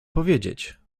powiedzieć